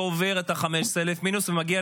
מנהל בית סוהר יפעיל את סמכותו ביחס